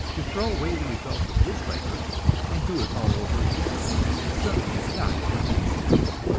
to throw away the results of this labor and do it all over again is certainly not common sense.